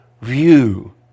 view